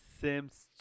Sims